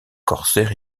corsaires